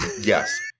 yes